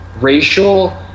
racial